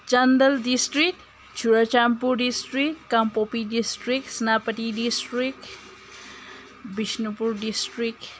Chandel district Churachandpur district Kangpokpi district Senapati district Bishnupur district